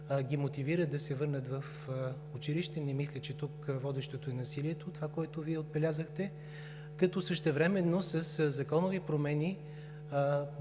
ги мотивират да се върнат в училище. Не мисля, че тук водещото е насилието – това, което Вие отбелязахте, като същевременно със законови промени